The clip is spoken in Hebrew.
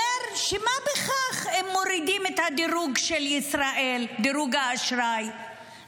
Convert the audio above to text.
אומר שמה בכך אם מורידים את דירוג האשראי של ישראל,